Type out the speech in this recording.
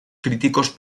críticos